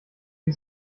die